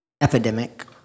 epidemic